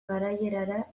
garaierara